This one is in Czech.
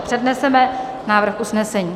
Předneseme návrh usnesení.